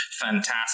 fantastic